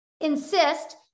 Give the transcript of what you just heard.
insist